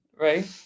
Right